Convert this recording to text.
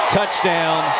Touchdown